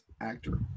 Actor